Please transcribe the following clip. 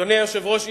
אדוני היושב-ראש,